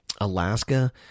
alaska